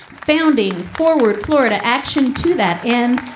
founding forward florida action to that end.